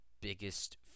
biggest